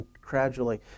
gradually